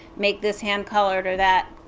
make this hand-colored or that.